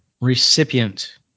recipient